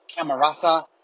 Camarasa